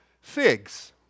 figs